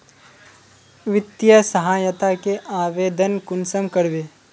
वित्तीय सहायता के आवेदन कुंसम करबे?